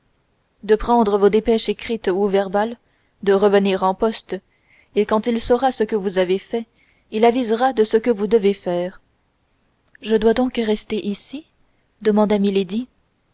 de prendre vos dépêches écrites ou verbales de revenir en poste et quand il saura ce que vous avez fait il avisera à ce que vous devez faire je dois donc rester ici demanda